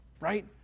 right